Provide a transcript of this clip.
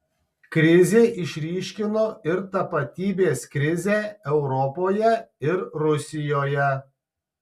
krizė išryškino ir tapatybės krizę europoje ir rusijoje